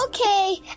Okay